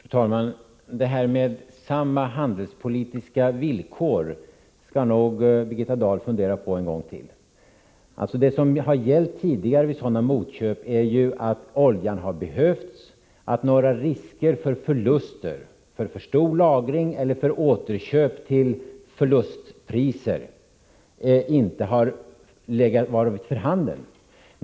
Fru talman! Det här med samma handelspolitiska villkor skall nog Birgitta Dahl fundera på en gång till. Vad som hjälpt tidigare vid sådana motköp är att oljan har behövts, att några risker för förluster, för för stor lagring eller för återköp till förlustpriser inte har varit för handen.